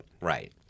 Right